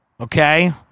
Okay